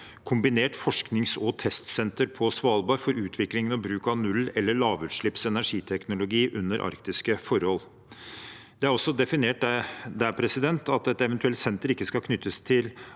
kombinert forsknings- og testsenter på Svalbard for utvikling ved bruk av null- eller lavutslippsenergiteknologi under arktiske forhold. Det er også definert der at et eventuelt senter ikke skal knyttes til